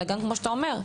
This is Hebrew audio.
אלא גם כמו שאתה אומר,